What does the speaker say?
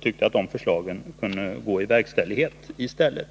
tyckt att de förslagen kunde gå i verkställighet i stället.